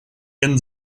and